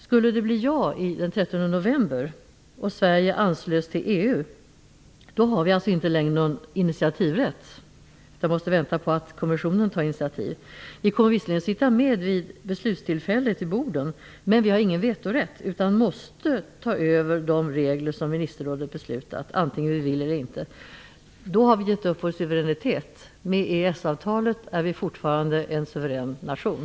Skulle det bli ja den 13 november och Sverige ansluts till EU, har vi inte längre någon initiativrätt utan måste vänta på att kommissionen tar initiativ. Vi kommer visserligen att sitta med vid bordet vid beslutstillfället, men vi har ingen vetorätt utan måste ta över de regler som ministerrådet beslutat, antingen vi vill eller inte. Då har vi gett upp vår suveränitet. Med EES-avtalet är Sverige fortfarande en suverän nation.